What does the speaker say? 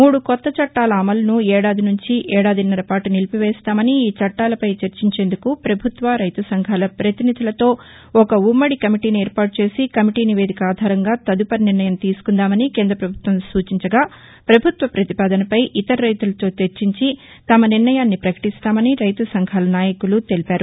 మూడు కొత్త చట్టాల అమలును ఏడాది నుంచి ఏడాదిన్నరపాటు నిలిపివేస్తామని ఈ చట్టాలపై చర్చించేందుకు ప్రభుత్వ రైతు సంఘాల ప్రతినిధులతో ఒక ఉమ్మడి కమిటీని ఏర్పాటు చేసి కమిటీ నివేదిక ఆధారంగా తదుపరి నిర్ణయం తీసుకుందామని కేంద్రప్రభుత్వం సూచించగా పభుత్వ ప్రతిపాదనపై ఇతర రైతులతో చర్చించి తమ నిర్ణయాన్ని ప్రకటిస్తామని రైతు సంఘాల నాయకులు తెలిపారు